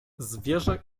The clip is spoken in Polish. zwierzę